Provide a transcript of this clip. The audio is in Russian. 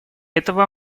этого